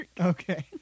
Okay